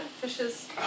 Fishes